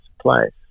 place